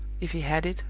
if he had it,